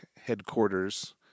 Headquarters